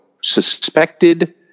suspected